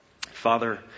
Father